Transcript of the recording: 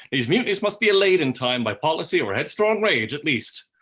these mutinies must be allayed in time by policy or headstrong rage at least.